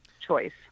choice